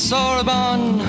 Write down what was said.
Sorbonne